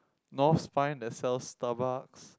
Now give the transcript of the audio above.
North Spine that sells Starbucks